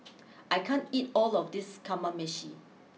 I can't eat all of this Kamameshi